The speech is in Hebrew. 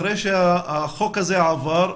אחרי שהחוק הזה עבר,